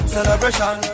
Celebration